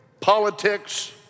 politics